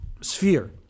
sphere